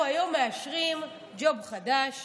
אנחנו היום מאשרים ג'וב חדש